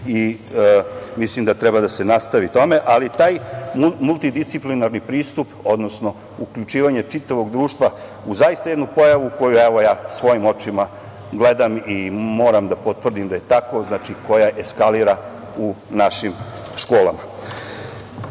i mislim da treba se treba nastavi tome, ali taj multidisciplinarni pristup, odnosno uključivanje čitavog društva u jednu pojavu, koju evo, ja svojim očima gledam i moram da potvrdim da je tako, koja eskalira u našim školama. Da